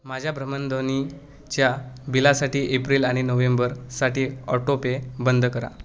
माझ्या भ्रमणध्वनीच्या बिलासाठी एप्रिल आणि नोव्हेंबरसाठी ऑटोपे बंद करा